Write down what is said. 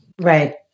Right